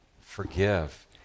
forgive